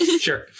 Sure